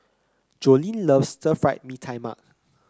Joleen loves Stir Fried Mee Tai Mak